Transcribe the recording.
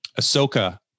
Ahsoka